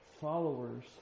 followers